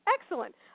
Excellent